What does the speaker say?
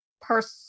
person